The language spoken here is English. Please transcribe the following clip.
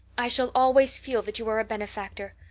i shall always feel that you are a benefactor.